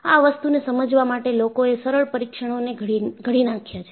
આ વસ્તુને સમજવા માટે લોકો એ સરળ પરીક્ષણોને ઘડી નાખ્યા છે